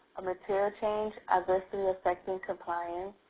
a material change adversely affecting compliance,